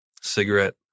cigarette